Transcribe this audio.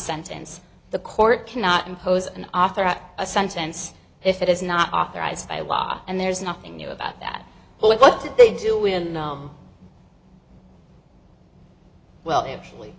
sentence the court cannot impose an author of a sentence if it is not authorized by law and there's nothing new about that what did they do when the well actually